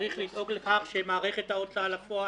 צריך לדאוג לכך שמערכת ההוצאה לפועל,